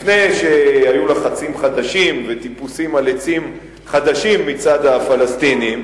לפני שהיו לחצים חדשים וטיפוסים על עצים חדשים מצד הפלסטינים,